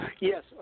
Yes